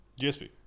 GSP